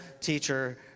teacher